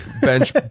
bench